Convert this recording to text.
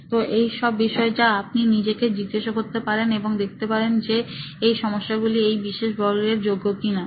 তো এই সব বিষয় যা আপনি নিজেকে জিজ্ঞাসা করতে পারেন এবং দেখতে পারেন যে এই সমস্যাগুলো এই বিশেষ বর্গের যোগ্য কিনা